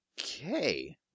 Okay